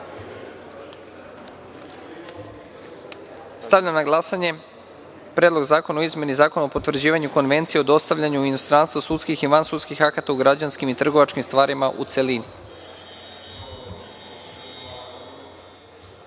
STVARIMA.Stavljam na glasanje Predlog zakona o izmeni Zakona o potvrđivanju Konvencije o dostavljanju u inostranstvu sudskih i van sudskih akata u građanskim i trgovačkim stvarima, u celini. Molim